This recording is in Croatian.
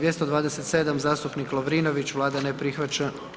227. zastupnik Lovrinović, Vlada ne prihvaća.